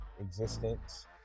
existence